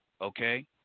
okay